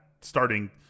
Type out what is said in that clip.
starting